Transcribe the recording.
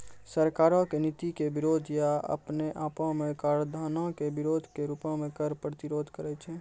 सरकारो के नीति के विरोध या अपने आपो मे कराधानो के विरोधो के रूपो मे कर प्रतिरोध करै छै